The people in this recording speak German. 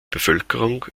bevölkerung